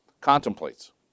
contemplates